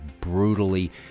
brutally